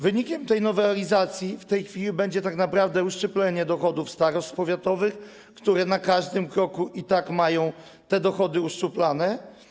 Wynikiem tej nowelizacji w tej chwili będzie tak naprawdę uszczuplenie dochodów starostw powiatowych, które na każdym kroku i tak mają te dochody uszczuplane.